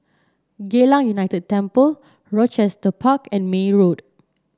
Geylang United Temple Rochester Park and May Road